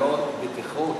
זה גם עניין של תקנות בטיחות,